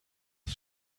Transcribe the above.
das